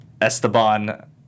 Esteban